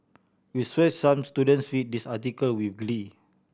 we sure some students read this article with glee